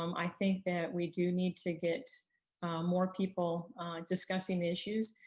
um i think that we do need to get more people discussing issues.